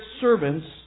servants